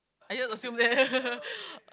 I just assume that